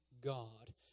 God